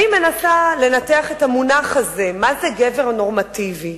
אני מנסה לנתח את המונח הזה, מה זה גבר נורמטיבי?